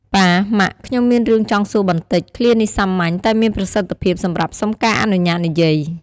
ប៉ា ម៉ាក់ ខ្ញុំមានរឿងចង់សួរបន្តិច! ឃ្លានេះសាមញ្ញ តែមានប្រសិទ្ធភាពសម្រាប់សុំការអនុញ្ញាតនិយាយ។